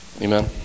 Amen